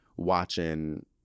Watching